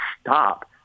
stop